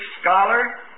scholar